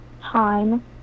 time